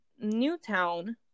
Newtown